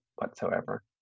whatsoever